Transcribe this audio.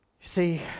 see